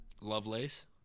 Lovelace